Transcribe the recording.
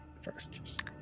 first